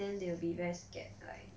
then they will be very scared like